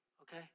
okay